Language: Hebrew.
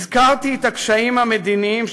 הזכרתי את הקשיים המדיניים,